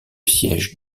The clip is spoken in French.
siège